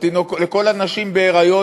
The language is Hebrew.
לכל הנשים בהיריון,